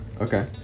Okay